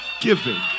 giving